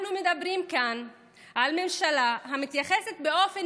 אנחנו מדברים כאן על ממשלה המתייחסת באופן